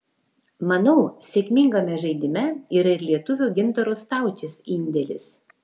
manau sėkmingame žaidime yra ir lietuvio gintaro staučės indėlis